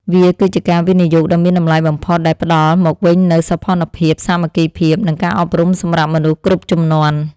វាគឺជាការវិនិយោគដ៏មានតម្លៃបំផុតដែលផ្ដល់មកវិញនូវ សោភ័ណភាព សាមគ្គីភាព និងការអប់រំ សម្រាប់មនុស្សគ្រប់ជំនាន់។